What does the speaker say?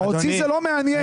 אותי זה לא מעניין.